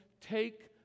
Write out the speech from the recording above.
take